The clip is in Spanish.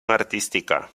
artística